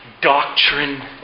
doctrine